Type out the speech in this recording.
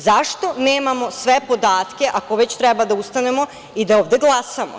Zašto nemamo sve podatke, ako već treba da ustanemo i da ovde glasamo.